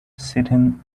sitting